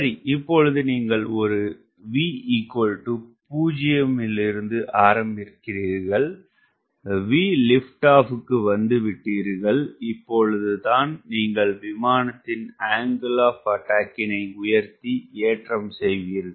சரி இப்பொழுது நீங்கள் ஒரு V0 வில் ஆரம்பிக்கிறீர்கள் VLO கு வந்துவிட்டீர்கள் இப்பொழுது தான் நீங்கள் விமானத்தின் ஆங்கிள் ஆப் அட்டாக்கினை உயர்த்தி ஏற்றம் செய்வீர்கள்